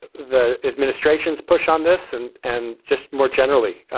the administration's push on this? and and just more generally,